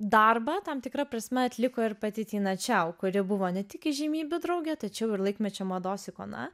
darbą tam tikra prasme atliko ir pati tina čiau kuri buvo ne tik įžymybių draugė tačiau ir laikmečio mados ikona